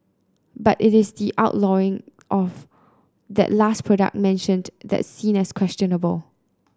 but it is the outlawing of that last product mentioned that's seen as questionable